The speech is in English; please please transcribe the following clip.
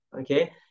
okay